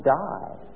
die